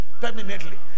permanently